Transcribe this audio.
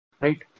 right